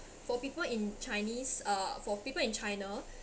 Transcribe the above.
for people in chinese uh for people in china